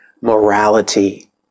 morality